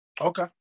okay